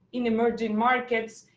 in emerging markets.